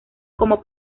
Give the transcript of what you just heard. como